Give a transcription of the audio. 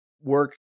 Work